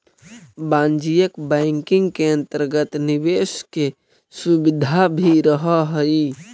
वाणिज्यिक बैंकिंग के अंतर्गत निवेश के सुविधा भी रहऽ हइ